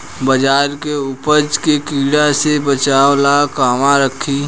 बाजरा के उपज के कीड़ा से बचाव ला कहवा रखीं?